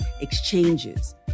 exchanges